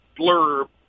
blurb